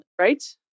right